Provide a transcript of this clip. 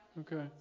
Okay